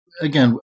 Again